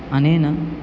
अनेन